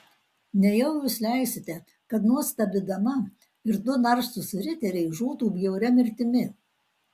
nejau jūs leisite kad nuostabi dama ir du narsūs riteriai žūtų bjauria mirtimi